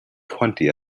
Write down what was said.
twenty